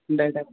दे दे